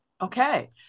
Okay